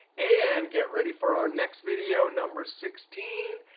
and get ready for our next video, number sixteen.